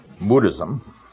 Buddhism